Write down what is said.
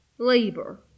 labor